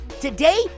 Today